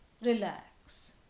relax